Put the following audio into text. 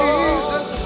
Jesus